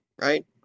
Right